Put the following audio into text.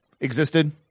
existed